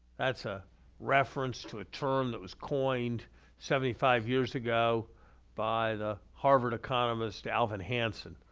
that's a reference to a term that was coined seventy five years ago by the harvard economist alvin hansen,